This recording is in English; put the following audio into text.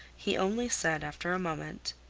he only said, after a moment